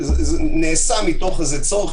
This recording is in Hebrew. זה נעשה מתוך איזה צורך,